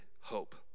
hope